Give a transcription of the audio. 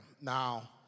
Now